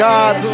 God